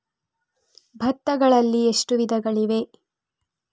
ಭತ್ತಗಳಲ್ಲಿ ಎಷ್ಟು ವಿಧಗಳಿವೆ?